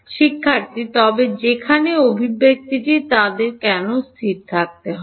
শিক্ষার্থী তবে যেখানে অভিব্যক্তিটি তাদের কেন স্থির থাকবে